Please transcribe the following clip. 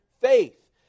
faith